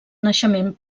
naixement